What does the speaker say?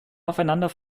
aufeinander